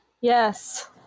yes